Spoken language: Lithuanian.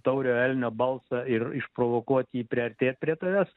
tauriojo elnio balsą ir išprovokuot jį priartėt prie tavęs